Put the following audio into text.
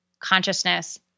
consciousness